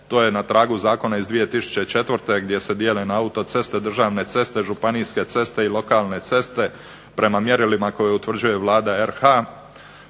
to je na tragu Zakona iz 2004. gdje se dijele na autoceste, državne ceste, županijske ceste i lokalne ceste prema mjerilima koje utvrđuje Vlada